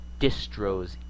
distros